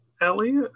Ellie